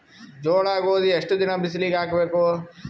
ಜೋಳ ಗೋಧಿ ಎಷ್ಟ ದಿನ ಬಿಸಿಲಿಗೆ ಹಾಕ್ಬೇಕು?